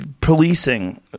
policing